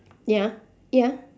ya ya